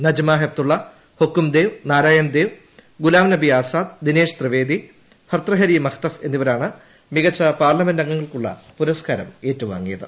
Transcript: നജ്മാ ഹെപ്തുള്ള ഹുക്കും ദേവ് നാരായണൻ ദേവ് ഗുലാം നബി ആസാദ് ദിനേഷ് ത്രിവേദി ഭർതൃഹരി മഹ്തബ് എന്നിവരാണ് മികച്ച പാർലമെന്റംഗങ്ങൾക്കുള്ള പുരസ്കാരം ഏറ്റുവാങ്ങിയത്